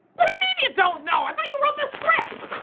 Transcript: what do you mean you don't know? i thought you wrote the script!